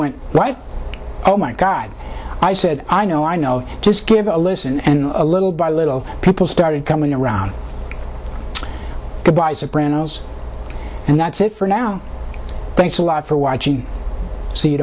went like oh my god i said i know i know i'll just give it a listen and a little by little people started coming around goodbyes of brando's and that's it for now thanks a lot for watching see